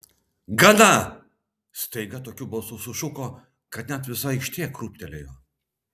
gana staiga tokiu balsu sušuko kad net visa aikštė krūptelėjo